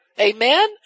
Amen